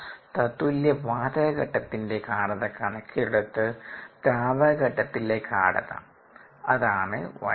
തത്തുല്യ വാതകഘട്ടത്തിന്റെ ഗാഢത കണക്കിലെടുത്ത് ദ്രാവകഘട്ടത്തിലെ ഗാഢത അതാണ് 𝑦∗A